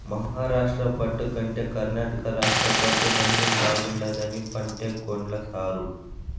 మహారాష్ట్ర పట్టు కంటే కర్ణాటక రాష్ట్ర పట్టు నాణ్ణెం బాగుండాదని పంటే కొన్ల సారూ